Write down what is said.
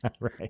Right